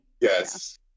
Yes